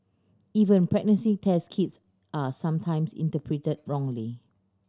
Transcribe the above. even pregnancy test kits are sometimes interpreted wrongly